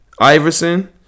Iverson